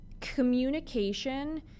Communication